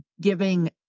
giving